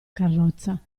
carrozza